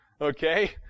Okay